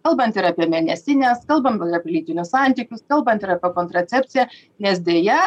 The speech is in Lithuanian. kalbant ir apie mėnesines kalbam lytinius santykius kalbant ir apie kontracepciją nes deja